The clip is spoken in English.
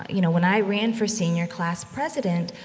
you know, when i ran for senior class president,